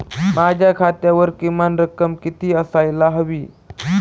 माझ्या खात्यावर किमान किती रक्कम असायला हवी?